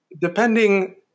Depending